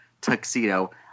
tuxedo